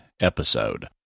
episode